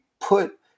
put